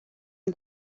ein